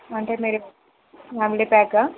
అంటే మీరు ఫ్యామిలీ ప్యాకా